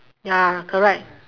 ya correct